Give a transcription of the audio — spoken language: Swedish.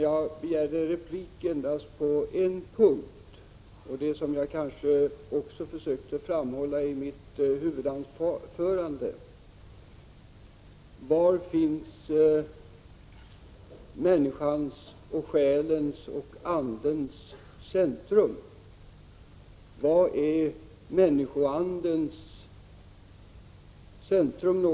Jag begärde replik endast på en punkt, som jag också försökte framföra i mitt huvudanförande. Var finns människans, själens och andens centrum? Var finns människoandens centrum?